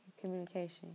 communication